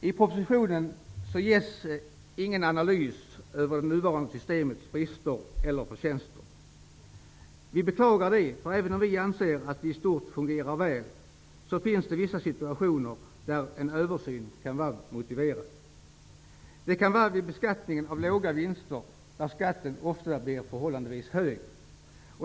I propositionen ges ingen analys över nuvarande systems brister eller förtjänster. Vi beklagar det. Även om vi anser att det i stort fungerar väl, så finns det vissa situationer där en översyn kan vara motiverad. Det kan vara vid beskattningen av låga vinster, där skatten ofta blir förhållandevis hög.